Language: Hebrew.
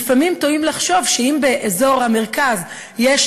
ולפעמים טועים לחשוב שאם באזור המרכז יש